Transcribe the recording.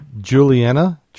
Juliana